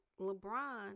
LeBron